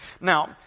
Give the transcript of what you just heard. Now